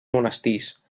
monestirs